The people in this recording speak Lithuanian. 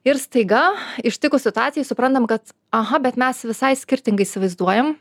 ir staiga ištikus situacijai suprantam kad aha bet mes visai skirtingai įsivaizduojam